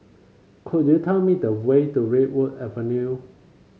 could you tell me the way to Redwood Avenue